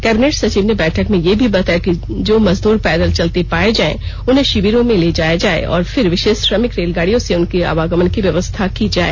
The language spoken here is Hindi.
कैबिनेट सचिव ने बैठक में यह भी बताया कि जो मजदूर पैदल चलते पाये जाए उन्हें शिविरों में ले जाया जाए और फिर विशेष श्रमिक रेलगाडियों से उनके आवागमन की व्यवस्था की जाए